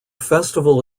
festival